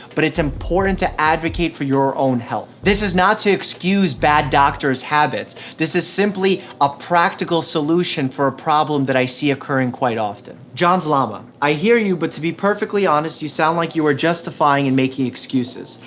but it's important to advocate for your own health. this is not to excuse bad doctors' habits. this is simply a practical solution for a problem that i see occurring quite often. jonslana i hear you but to be perfectly honest, you sound like you are justifying and making excuses.